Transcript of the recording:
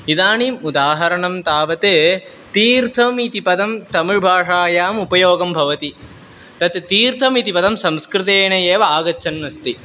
इदानीम् उदाहरणं तावत् तीर्थमिति पदं तमिळ् भाषायाम् उपयोगं भवति तत् तीर्थमिति पदं संस्कृतेन एव आगच्छन् अस्ति